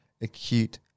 acute